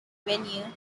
venue